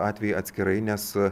atvejį atskirai nes